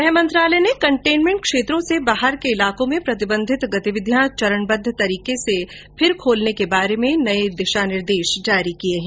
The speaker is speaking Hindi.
गृह मंत्रालय ने कंटेनमेंट क्षेत्रों से बाहर के इलाकों में प्रतिबंधित गतिविधियां चरणबद्व तरीके से फिर खोलने र्क बारे में नए दिशा निर्देश जारी किए हैं